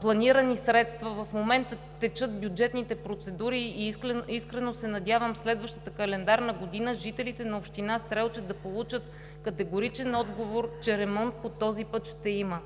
планирани средства. В момента текат бюджетните процедури и искрено се надявам през следващата календарна година жителите на община Стрелча да получат категоричен отговор, че ремонт по този път ще има.